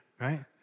right